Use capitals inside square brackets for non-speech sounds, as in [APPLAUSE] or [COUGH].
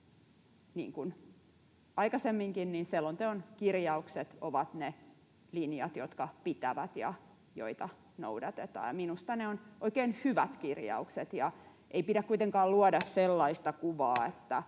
aikaisemminkin, selonteon kirjaukset ovat ne linjat, jotka pitävät ja joita noudatetaan. Minusta ne ovat oikein hyvät kirjaukset. [NOISE]